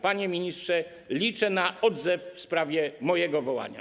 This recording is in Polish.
Panie ministrze, liczę na odzew w sprawie mojego wołania.